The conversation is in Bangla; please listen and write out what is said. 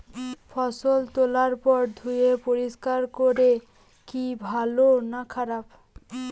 ফসল তোলার পর ধুয়ে পরিষ্কার করলে কি ভালো না খারাপ?